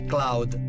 Cloud